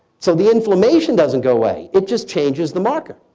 so the inflammation doesn't go away, it just changes the marker.